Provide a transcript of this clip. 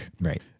Right